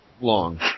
long